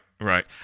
right